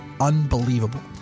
unbelievable